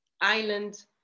island